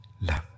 love